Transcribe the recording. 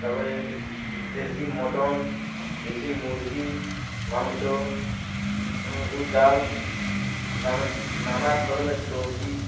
তার পরে দেশি মটন দেশি মুরগি মাংস মুসুর ডাল নানা নানা ধরনের সবজি